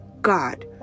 God